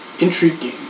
Intriguing